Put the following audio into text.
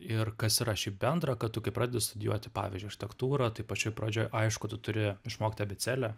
ir kas yra šiaip bendra kad tu kai pradedi studijuoti pavyzdžiui archiektūrą tai pačioj pradžioj aišku tu turi išmokti abėcėlę